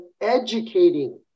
educating